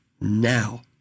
now